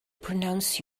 pronounce